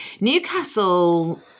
Newcastle